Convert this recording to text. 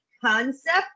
concept